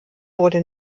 wurde